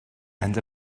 and